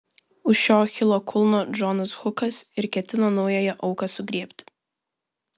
už šio achilo kulno džonas hukas ir ketino naująją auką sugriebti